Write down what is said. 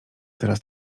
teraz